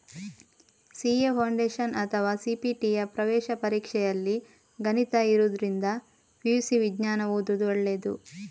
CA foundation ಅಥವಾ ಸಿ.ಪಿ.ಟಿಯ ಪ್ರವೇಶ ಪರೀಕ್ಷೆಯಲ್ಲಿ ಗಣಿತ ಇರುದ್ರಿಂದ ಪಿ.ಯು.ಸಿ ವಿಜ್ಞಾನ ಓದುದು ಒಳ್ಳೇದು